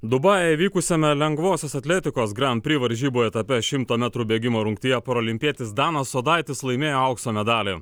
dubajuje vykusiame lengvosios atletikos grand pri varžybų etape šimto metrų bėgimo rungtyje parolimpietis danas sodaitis laimėjo aukso medalį